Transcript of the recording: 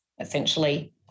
essentially